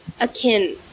akin